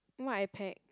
what I pack